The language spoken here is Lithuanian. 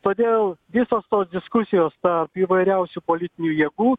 todėl visos tos diskusijos tarp įvairiausių politinių jėgų